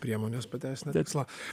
priemonės pateisina tikslą